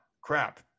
crap